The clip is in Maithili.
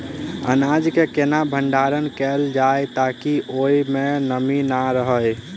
अनाज केँ केना भण्डारण कैल जाए ताकि ओई मै नमी नै रहै?